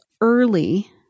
early